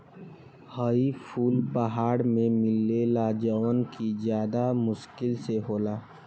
हई फूल पहाड़ में मिलेला जवन कि ज्यदा मुश्किल से होला